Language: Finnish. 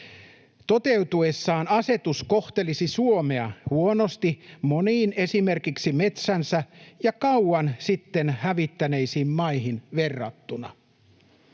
Toteutuessaan asetus kohtelisi Suomea huonosti moniin esimerkiksi metsänsä jo kauan sitten hävittäneisiin maihin verrattuna.